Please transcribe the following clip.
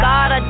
God